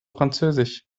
französisch